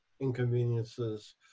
Inconveniences